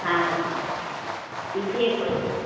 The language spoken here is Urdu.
ہاں کیجیے کوسس